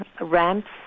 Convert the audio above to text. ramps